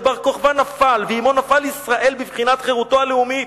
ובר-כוכבא נפל ועמו נפל ישראל בבחינת חירותו הלאומית,